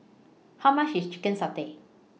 How much IS Chicken Satay